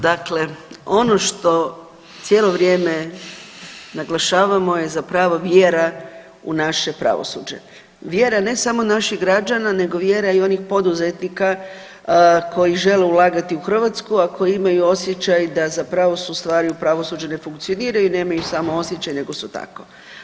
Dakle, ono što cijelo vrijeme naglašavamo je zapravo vjera u naše pravosuđe, vjera ne samo naših građana nego vjera i onih poduzetnika koji žele ulagati u Hrvatsku, a koji imaju osjećaj da zapravo su ustvari u pravosuđu ne funkcioniraju i nemaju samo osjećaj nego su tako.